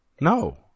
No